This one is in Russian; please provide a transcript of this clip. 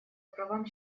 правам